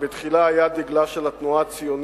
שבתחילה היה דגלה של התנועה הציונית,